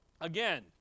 Again